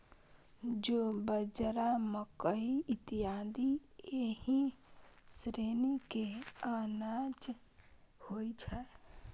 जौ, बाजरा, मकइ इत्यादि एहि श्रेणी के अनाज होइ छै